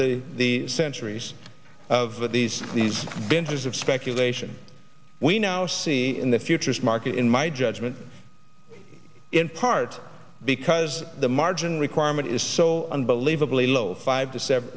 the centuries of these these binges of speculation we now see in the futures market in my judgment in part because the margin requirement is so unbelievably low five to seven